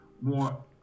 more